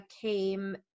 came